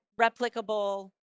replicable